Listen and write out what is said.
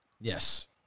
Yes